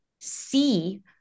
see